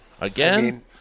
Again